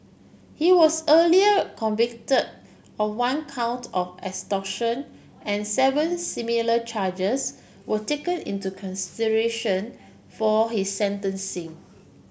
he was earlier convicted of one count of extortion and seven similar charges were taken into consideration for his sentencing